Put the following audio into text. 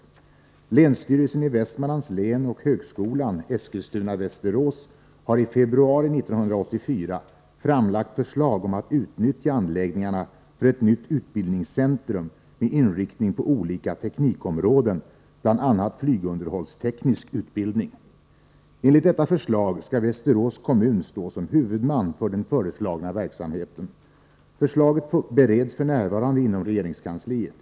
Länsstyrelsen i Västman = 2g maj 1984 lands län och högskolan Eskilstuna/Västerås har i februari 1984 framlagt förslag om att utnyttja anläggningarna för ett nytt utbildningscentrum med ; Om den framtida inriktning på olika teknikområden, bl.a. flygunderhållsteknisk utbildning. användningen av Enligt detta förslag skall Västerås kommun stå som huvudman för den Västmanlands flygföreslagna verksamheten. Förslaget bereds f.n. inom regeringskansliet.